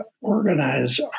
organize